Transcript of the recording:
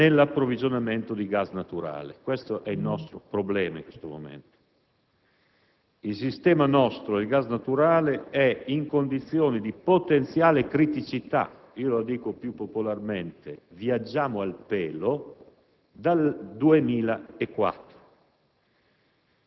l'approvvigionamento di gas naturale. Questo è il nostro problema al momento. Il nostro sistema di gas naturale è in condizioni di potenziale criticità (lo dico più popolarmente: "viaggiamo al pelo") dal 2004.